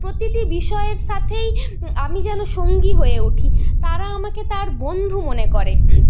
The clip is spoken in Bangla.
প্রতিটি বিষয়ের সাথেই আমি যেন সঙ্গী হয়ে উঠি তারা আমাকে তার বন্ধু মনে করে